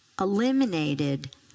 eliminated